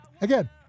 Again